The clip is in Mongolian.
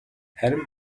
харин